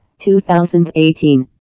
2018